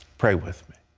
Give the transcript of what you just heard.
pray with me.